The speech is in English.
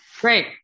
Great